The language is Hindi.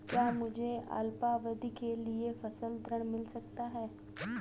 क्या मुझे अल्पावधि के लिए फसल ऋण मिल सकता है?